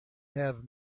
have